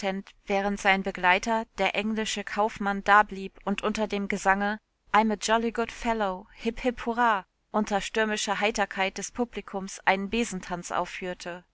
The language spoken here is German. während sein begleiter der englische kaufmann dablieb und unter dem gesange i'm a jolly good fellow hipp hipp hurra unter stürmischer heiterkeit des publikums einen besentanz ausführte